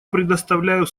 предоставляю